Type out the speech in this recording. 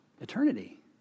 eternity